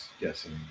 guessing